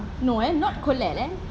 no eh not colette eh